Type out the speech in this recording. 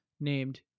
named